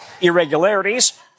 irregularities